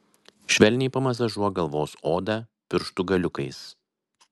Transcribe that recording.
švelniai pamasažuok galvos odą pirštų galiukais